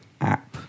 app